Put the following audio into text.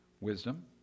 Wisdom